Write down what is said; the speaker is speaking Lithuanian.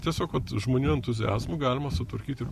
tiesiog vat žmonių entuziazmu galima sutvarkyti